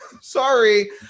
sorry